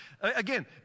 Again